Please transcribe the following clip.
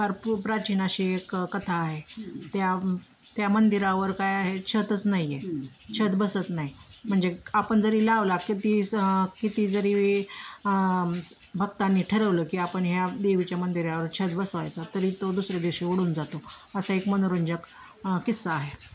भरपूर प्राचीन अशी एक कथा आहे त्या त्या मंदिरावर काय आहे छतच नाही आहे छत बसत नाही म्हणजे आपण जरी लावला किती स किती जरी भक्तांनी ठरवलं की आपण ह्या देवीच्या मंदिरावर छत बसवायचं तरी तो दुसरे दिवशी उडून जातो असा एक मनोरंजक किस्सा आहे